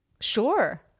sure